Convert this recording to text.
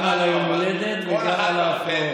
גם על היום ההולדת וגם על ההפרעות.